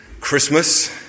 Christmas